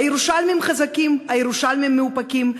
הירושלמים חזקים, הירושלמים מאופקים.